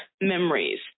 memories